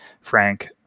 Frank